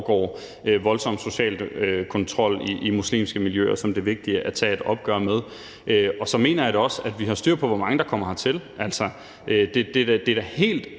og der foregår en voldsom social kontrol i muslimske miljøer, som det er vigtigt at tage et opgør med. Så mener jeg da også, at det er vigtigt, at vi har styr på, hvor mange der kommer hertil.